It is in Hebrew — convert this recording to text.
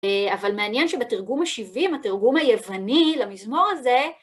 אבל מעניין שבתרגום ה-70, התרגום היווני למזמור הזה,